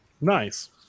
Nice